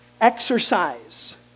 exercise